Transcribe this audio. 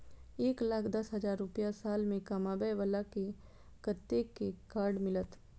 एक लाख दस हजार रुपया साल में कमाबै बाला के कतेक के कार्ड मिलत?